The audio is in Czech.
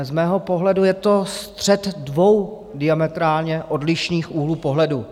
Z mého pohledu je to střet dvou diametrálně odlišných úhlů pohledu.